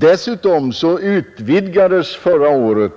Dessutom utvidgades förra året